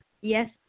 Yes